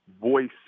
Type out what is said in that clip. voice